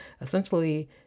essentially